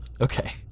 Okay